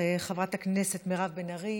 חברת הכנסת מירב בן ארי,